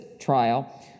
trial